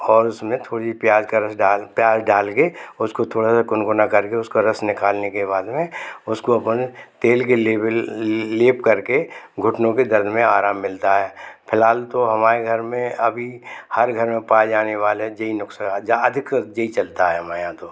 और उसमें थोड़ी प्याज का रस प्याज डालके उसको थोड़ा सा कुनकुना करके रस उसका रस निकालने के बाद में उसको अपन तेल के लेविल लेप करके घुटनों के दर्द में आराम मिलता है फिलहाल तो हमारे घर में अब हर घर में पाए जाने वाले जे ही नुख्सा ज़्यादा कर जे ही चलता है हमारे यहाँ तो